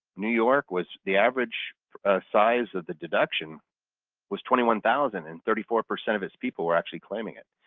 new york was the average size of the deduction was twenty one thousand and thirty four percent of its people were actually claiming it.